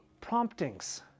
promptings